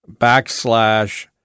backslash